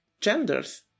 genders